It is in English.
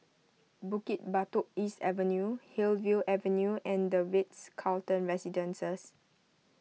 Bukit Batok East Avenue Hillview Avenue and the Ritz Carlton Residences